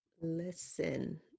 Listen